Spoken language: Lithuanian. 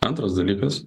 antras dalykas